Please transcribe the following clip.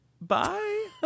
Bye